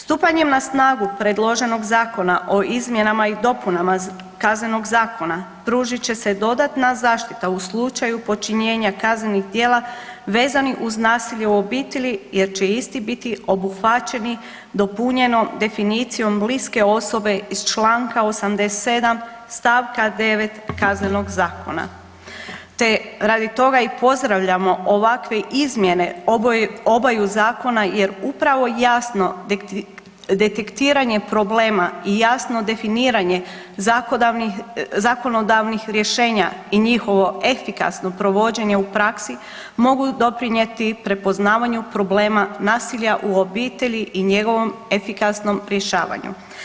Stupanjem na snagu predloženog zakona o izmjenama i dopunama Kaznenog zakona pružit će se dodatna zaštita u slučaju počinjenja kaznenih djela vezanih uz nasilje u obitelji, jer će isti biti obuhvaćeni dopunjenom definicijom bliske osobe iz članka 87. stavka 9. Kaznenog zakona, te radi toga i pozdravljamo ovakve izmjene obaju zakona, jer upravo jasno detektiranje problema i jasno definiranje zakonodavnih rješenja i njihovo efikasno provođenje u praksi mogu doprinijeti prepoznavanju problema nasilja u obitelji i njegovom efikasnom rješavanju.